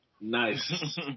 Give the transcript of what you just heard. Nice